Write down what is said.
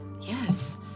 Yes